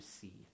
see